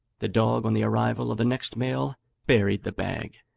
the dog on the arrival of the next mail buried the bag,